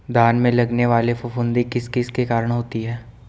धान में लगने वाली फफूंदी किस किस के कारण होती है?